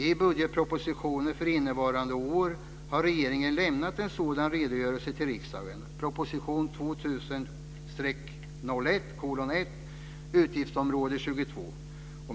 I budgetpropositionen för innevarande år har regeringen lämnat en sådan redogörelse till riksdagen, proposition 2000/01:1, Utgiftsområde 22.